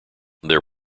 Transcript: their